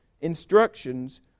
instructions